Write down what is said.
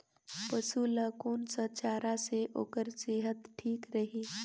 पशु ला कोन स चारा से ओकर सेहत ठीक रही?